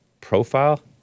profile